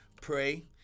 pray